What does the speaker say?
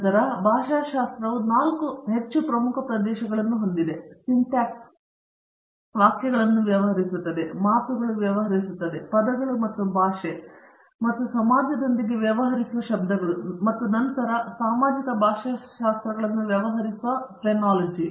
ನಂತರ ಉದಾಹರಣೆಗೆ ಭಾಷಾಶಾಸ್ತ್ರವು 4 ಹೆಚ್ಚು ಪ್ರಮುಖ ಪ್ರದೇಶಗಳನ್ನು ಹೊಂದಿದೆ ಸಿಂಟ್ಯಾಕ್ಸ್ ವಾಕ್ಯಗಳನ್ನು ವ್ಯವಹರಿಸುತ್ತದೆ ಮಾತುಗಳು ವ್ಯವಹರಿಸುತ್ತದೆ ಪದಗಳು ಮತ್ತು ಭಾಷೆ ಮತ್ತು ಸಮಾಜದೊಂದಿಗೆ ವ್ಯವಹರಿಸುವ ಶಬ್ದಗಳು ಮತ್ತು ನಂತರ ಸಾಮಾಜಿಕ ಭಾಷಾಶಾಸ್ತ್ರಗಳನ್ನು ವ್ಯವಹರಿಸುವ ಫ್ರೆನಾಲಜಿ